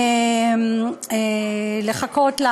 לחכות,